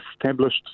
established